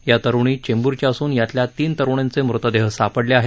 या तरूणी चेंब्रच्या असून यातल्या तीन तरूणींचे मृतदेह सापडले आहेत